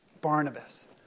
Barnabas